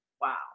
Wow